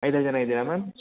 ಐದೇ ಜನ ಇದ್ದೀರಾ ಮ್ಯಾಮ್